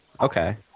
okay